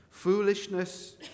foolishness